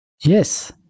Yes